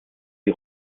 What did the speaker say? die